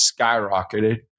skyrocketed